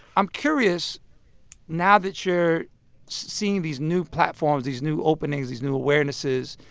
i'm curious now that you're seeing these new platforms, these new openings, these new awarenesses,